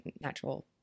natural